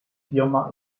firma